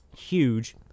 huge